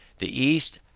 the east,